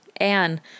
Anne